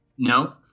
No